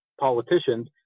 politicians